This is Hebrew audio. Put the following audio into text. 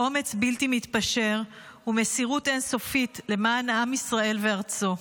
אומץ בלתי מתפשר ומסירות אין-סופית למען עם ישראל וארצו.